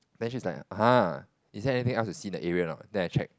then she is like !huh! is there anything else to see the area or not then I check